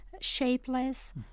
shapeless